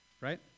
right